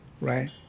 Right